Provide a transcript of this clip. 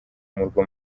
murwa